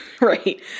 Right